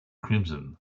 crimson